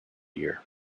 year